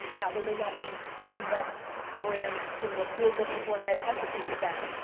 now there may not be enough brands in what you're looking for, and i have empathy for that,